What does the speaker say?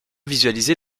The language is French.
visualiser